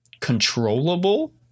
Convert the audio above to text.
controllable